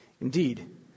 indeed